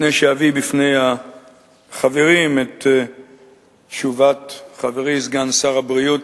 לפני שאביא בפני החברים את תשובת חברי סגן שר הבריאות,